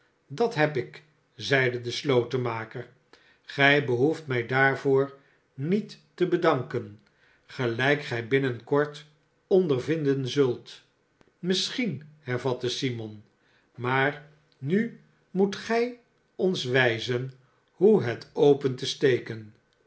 dat heb ik zeide de slotenmaker gtj behoeft mij daarvoor niet te bedanken gelijk gij binnen kort ondervinden zult misschien hervatte simon maar nu moet gij ons wijzen hoe het open te steken